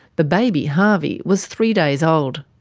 the baby, harvey, was three days old.